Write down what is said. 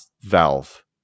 Valve